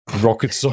rocket